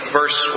verse